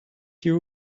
you